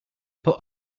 put